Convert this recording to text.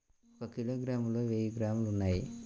ఒక కిలోగ్రామ్ లో వెయ్యి గ్రాములు ఉన్నాయి